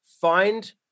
find